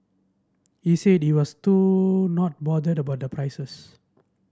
he said he was too not bothered by the prices